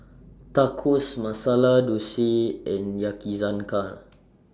Tacos Masala Dosa and Yakizakana